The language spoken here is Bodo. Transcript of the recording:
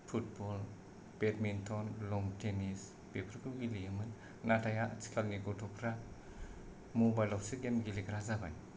फुटबल बेडमिन्टन लन टेनिस बेफोरखौ गेलेयोमोन नाथाय आथिखालनि गथ'फ्रा मबाइल आवसो गेम गेलेग्रा जाबाय